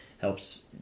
helps